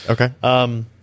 Okay